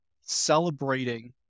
celebrating